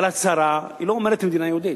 אבל ההצהרה, היא לא אומרת מדינה יהודית,